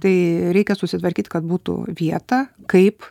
tai reikia susitvarkyt kad būtų vieta kaip